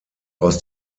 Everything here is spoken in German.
aus